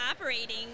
operating